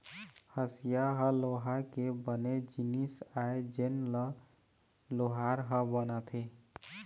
हँसिया ह लोहा के बने जिनिस आय जेन ल लोहार ह बनाथे